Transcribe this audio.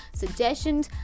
suggestions